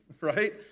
right